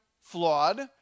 flawed